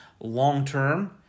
long-term